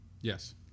Yes